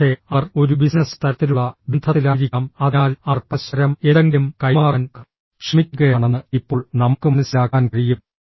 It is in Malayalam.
ഒരുപക്ഷേ അവർ ഒരു ബിസിനസ്സ് തരത്തിലുള്ള ബന്ധത്തിലായിരിക്കാം അതിനാൽ അവർ പരസ്പരം എന്തെങ്കിലും കൈമാറാൻ ശ്രമിക്കുകയാണെന്ന് ഇപ്പോൾ നമുക്ക് മനസ്സിലാക്കാൻ കഴിയും